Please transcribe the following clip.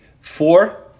four